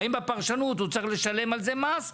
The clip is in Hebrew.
האם בפרשנות הוא צריך לשלם על זה מס,